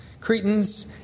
Cretans